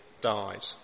died